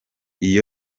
iyo